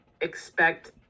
expect